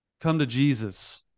come-to-Jesus